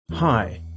Hi